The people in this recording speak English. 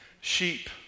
sheep